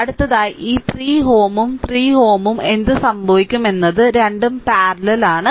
അടുത്തതായി ഈ 3 ഉം 3 ഉം എന്ത് സംഭവിക്കും എന്നത് രണ്ടും പരമ്പരയിലാണ്